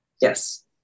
Yes